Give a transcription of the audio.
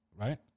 right